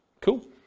Cool